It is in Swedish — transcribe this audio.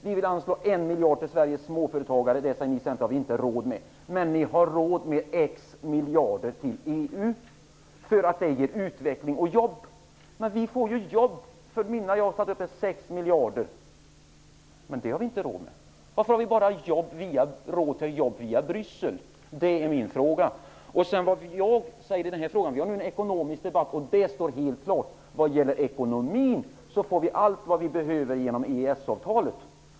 Jag vill anslå 1 miljard till Sveriges småföretagare. Det säger ni i Centern att vi inte har råd med. Men ni har råd med x miljarder till EU, eftersom det skulle medföra utveckling. Vi får ju jobb för mina 6 miljarder, men det har vi inte råd med. Varför har vi råd med att skapa jobb bara via Bryssel? Det är min fråga. Detta är en ekonomisk debatt, men det står helt klart att vi när det gäller ekonomin får allt vad vi behöver genom EES-avtalet.